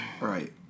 Right